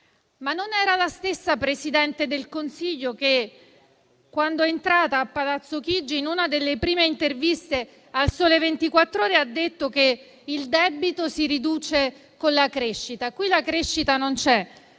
Ma non era la stessa Presidente del Consiglio che, quando è entrata a Palazzo Chigi, in una delle prime interviste a «Il Sole 24 Ore», aveva detto che il debito si riduce con la crescita? Qui la crescita non c'è,